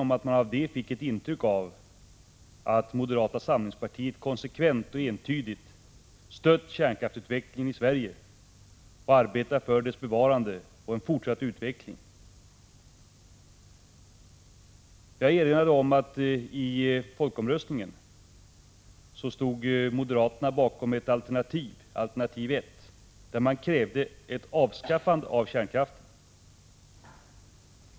Man fick det intrycket att moderata samlingspartiet konsekvent och entydigt har stött kärnkraftsutvecklingen i Sverige, har arbetat för kärnkraftens bevarande och en fortsatt utveckling av den. Jag erinrade om att i folkomröstningen stod moderaterna bakom alternativ 1, där man krävde ett avskaffande av kärnkraften.